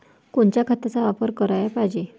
कोनच्या खताचा वापर कराच पायजे?